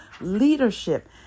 leadership